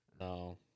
No